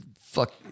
Fuck